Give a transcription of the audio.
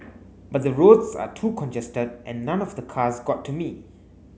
but the roads are too congested and none of the cars got to me